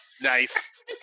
Nice